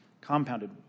compounded